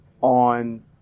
on